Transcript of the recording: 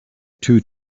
two